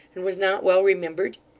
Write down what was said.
and was not well remembered?